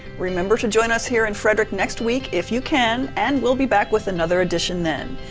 remember to join us here in frederick next week if you can, and we'll be back with another edition then.